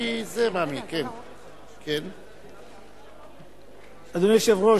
אדוני היושב-ראש,